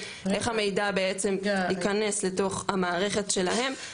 איך המידע בעצם יכנס לתוך המערכת שלהם,